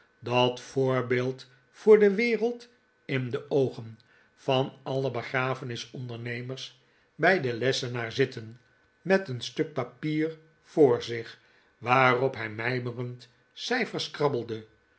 dat voorbeeld voor de wereld in de oogen van alle begrafenis ondernemers bij den lessenaar zitten met een stuk papier voor zich waarop hij mijmerend cijfers krabbelde